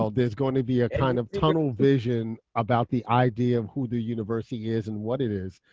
ah there's going to be a kind of tunnel vision about the idea of who the university is and what it is.